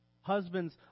Husbands